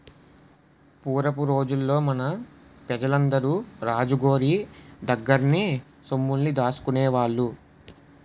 పూరపు రోజుల్లో మన పెజలందరూ రాజు గోరి దగ్గర్నే సొమ్ముల్ని దాసుకునేవాళ్ళు